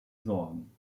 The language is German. sorgen